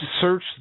search